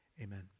Amen